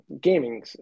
gaming